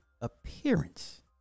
appearance